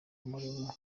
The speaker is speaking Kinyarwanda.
umurimo